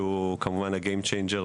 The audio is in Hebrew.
שהוא כמובן ה-game changer,